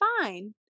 fine